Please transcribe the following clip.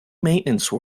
maintenance